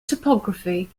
topography